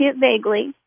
vaguely